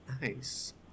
Nice